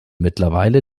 mittlerweile